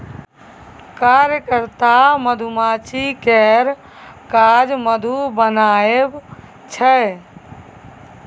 कार्यकर्ता मधुमाछी केर काज मधु बनाएब छै